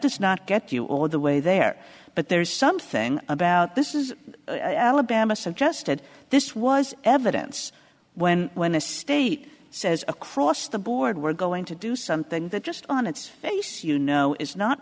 does not get you all the way there but there's something about this is that this was evidence when when a state says across the board we're going to do something that just on its face you know is not